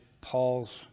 Paul's